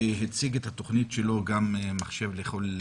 והציג את התכנית שלו "מחשב לכל ילד".